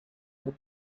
too